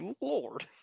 lord